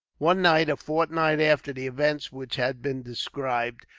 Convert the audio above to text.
one night, a fortnight after the events which have been described,